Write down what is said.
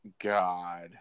God